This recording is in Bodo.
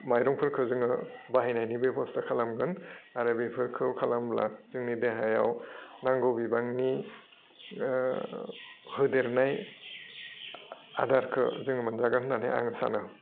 माइरंफोरखो जोङो बाहायनायनि बेब'स्था खालामगोन आरो बेफोरखौ खालामब्ला जोंनि देहायाव नांगौ बिबांनि ओह होदेरनाय आदारखो जोङो मोनजागोन होन्नानै आङो सानो